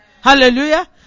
Hallelujah